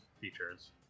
features